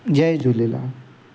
Jay Jhulelal